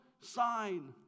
sign